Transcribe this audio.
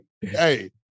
Hey